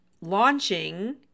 launching